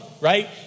right